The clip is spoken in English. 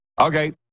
Okay